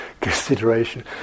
consideration